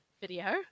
video